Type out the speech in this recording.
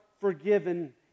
forgiven